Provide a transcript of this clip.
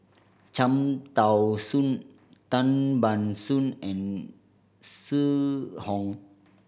Cham Tao Soon Tan Ban Soon and Zhu Hong